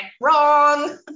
Wrong